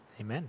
Amen